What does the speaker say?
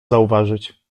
zauważyć